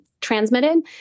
transmitted